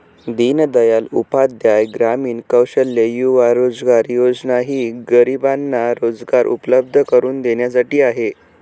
दीनदयाल उपाध्याय ग्रामीण कौशल्य युवा रोजगार योजना ही गरिबांना रोजगार उपलब्ध करून देण्यासाठी आहे